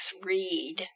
read